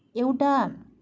एउटा